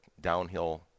downhill